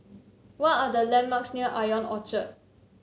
what are the landmarks near Ion Orchard